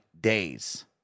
days